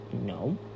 no